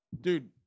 dude